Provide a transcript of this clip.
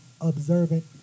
observant